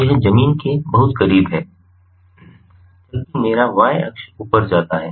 तो यह जमीन के बहुत करीब है जबकि मेरा y अक्ष ऊपर जाता है